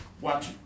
watch